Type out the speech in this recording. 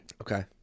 Okay